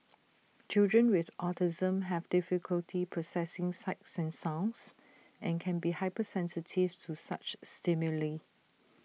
children with autism have difficulty processing sights and sounds and can be hypersensitive to such stimuli